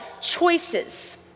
choices